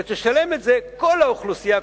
אלא תשלם את זה כל האוכלוסייה.